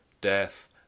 death